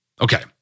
Okay